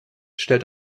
stellt